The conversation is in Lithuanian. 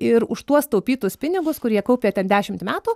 ir už tuos taupytus pinigus kurie jie kaupė ten dešimt metų